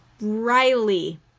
Riley